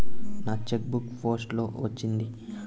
నా cheque book post లో వచ్చింది